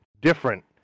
different